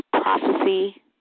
prophecy